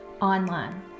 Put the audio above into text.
online